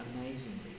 amazingly